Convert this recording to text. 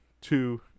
Two